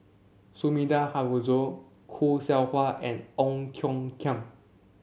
Sumida Haruzo Khoo Seow Hwa and Ong Tiong Khiam